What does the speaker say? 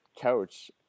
couch